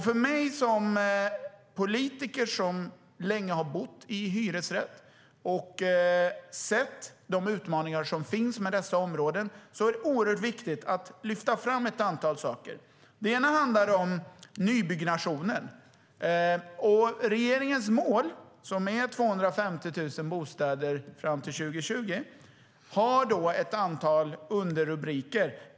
För mig som politiker som länge har bott i hyresrätt och sett de utmaningar som finns med dessa områden är det oerhört viktigt att lyfta fram ett antal saker. Det ena handlar om nybyggnationen. Regeringens mål, som är 250 000 bostäder fram till 2020, har ett antal underrubriker.